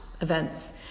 events